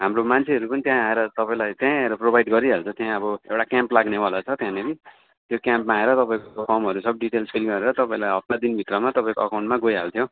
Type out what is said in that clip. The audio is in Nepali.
हाम्रो मान्छेहरू पनि त्यहाँ आएर तपाईँलाई त्यहीँ आएर प्रोभाइड गरिहाल्छ त्यहाँ अब एउटा क्याम्प लाग्ने वाला छ त्यहाँनिर त्यो क्याम्पमा आएर तपाईँको फर्महरू सब डिटेल्स फिल गरेर तपाईँलाई हफ्ता दिनभित्रमा तपाईँको एकाउन्टमा गइहाल्थ्यो